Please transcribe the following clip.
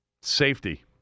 Safety